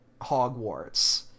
Hogwarts